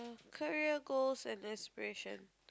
career goals and aspiration